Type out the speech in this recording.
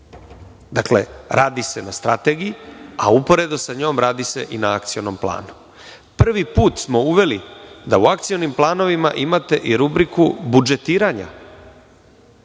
uprave. Radi se na strategiji, a uporedo s njom, radi se i na akcionom planu. Prvi put smo uveli da u akcionim planovima imate i rubriku budžetiranja,